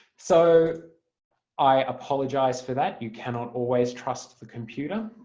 so i apologise for that, you cannot always trust the computer.